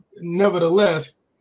nevertheless